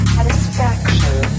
Satisfaction